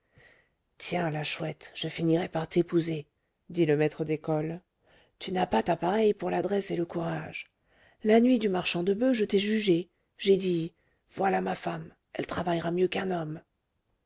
tiens la chouette je finirai par t'épouser dit le maître d'école tu n'as pas ta pareille pour l'adresse et le courage la nuit du marchand de boeufs je t'ai jugée j'ai dit voilà ma femme elle travaillera mieux qu'un homme